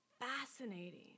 Fascinating